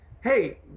hey